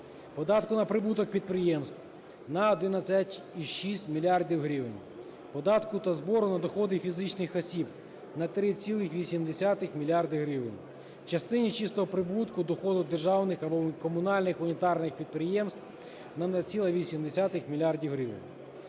податку на прибуток підприємств – на 11,6 мільярда гривень, податку та збору на доходи фізичних осіб – на 3,8 мільярда гривень, в частині чистого прибутку доходу державних або комунальних унітарних підприємств – на 0,8 мільярда